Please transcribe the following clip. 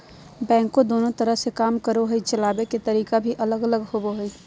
backhoe दोनों तरह से काम करो हइ, चलाबे के तरीका भी अलग होबो हइ